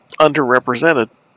underrepresented